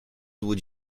would